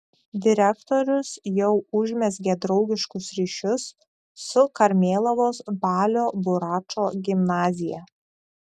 direktorius jau užmezgė draugiškus ryšius su karmėlavos balio buračo gimnazija